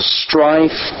strife